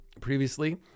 previously